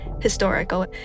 historical